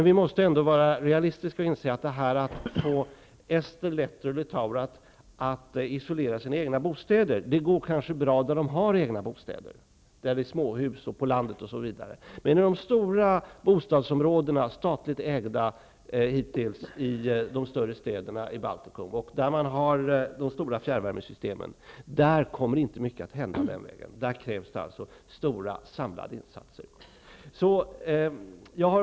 Vi måste ändå vara realistiska och inse att det går kanske bra att få ester, letter och litauer att isolera sina egna bostäder i de områden där de har egna bostäder, småhusområden, på landet osv. I de stora hittills statligt ägda bostadsområdena i de större städerna i Baltikum där man har stora fjärrvärmesystem kommer inte mycket att hända i den vägen. Där krävs stora samlade insatser.